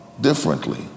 differently